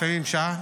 לפעמים שעה.